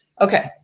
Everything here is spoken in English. Okay